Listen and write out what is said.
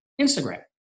Instagram